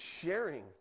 sharing